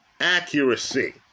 accuracy